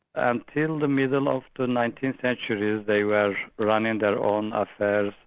until the middle of the nineteenth century, they were running their own affairs,